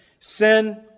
Sin